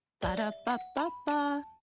Ba-da-ba-ba-ba